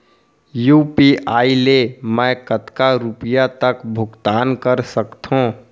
UPI ले मैं कतका रुपिया तक भुगतान कर सकथों